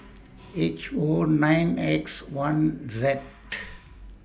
H O nine X one Z